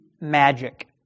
magic